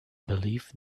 believe